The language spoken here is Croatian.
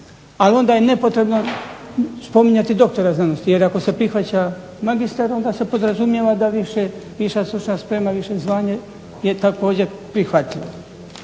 ali onda je nepotrebno spominjati doktora znanosti. Jer ako se prihvaća magistar onda se podrazumijeva da viša stručna sprema, više zvanje je također prihvatljivo.